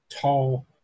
tall